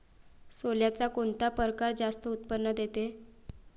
सोल्याचा कोनता परकार जास्त उत्पन्न देते?